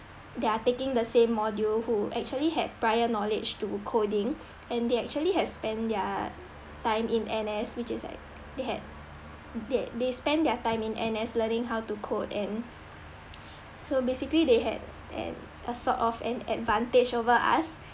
they are taking the same module who actually had prior knowledge to coding and they actually have spend their time in N_S which is like they had they they spend their time in N_S learning how to code and so basically they had an a sort of an advantage over us